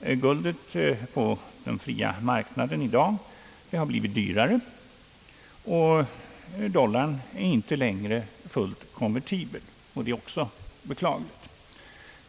Guldet på den fria marknaden i dag har blivit dyrare. Dollarn är inte längre fullt konvertibel, vilket också är beklagligt.